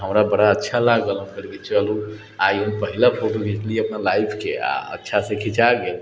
हमरा बड़ा अच्छा लागल कि चलु आइ हम पहिला फोटो घिचलियै अपना लाइफके आओर अच्छासँ खीञ्चा गेल